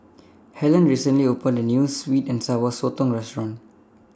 Hellen recently opened A New Sweet and Sour Sotong Restaurant